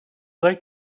like